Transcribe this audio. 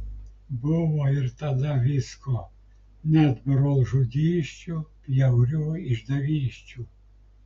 buvo ir tada visko net brolžudysčių bjaurių išdavysčių